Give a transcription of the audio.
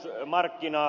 puhemies